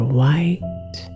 white